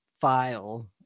file